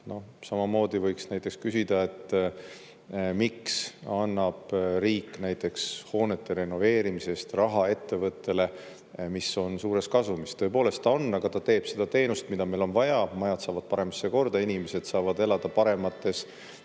Samamoodi võiks näiteks küsida, et miks annab riik näiteks hoonete renoveerimiseks raha ettevõttele, mis on suures kasumis. Tõepoolest, ta on, aga ta teeb seda teenust, mida meil on vaja, majad saavad paremasse korda, inimesed saavad elada paremates